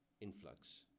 influx